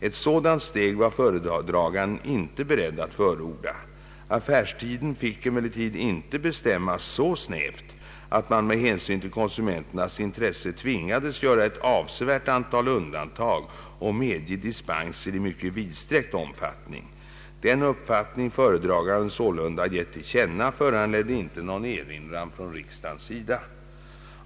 Ett sådan steg var föredraganden inte beredd att förorda. Affärstiden fick emellertid inte bestämmas så snävt att man med hänsyn till konsumenternas intressen tvingades göra ett avsevärt antal undantag och medge dispenser i mycket vidsträckt omfattning. Den uppfattning föredraganden sålunda gett till känna föranledde inte någon erinran från riksdagens sida.